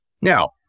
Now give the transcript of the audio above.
Now